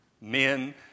men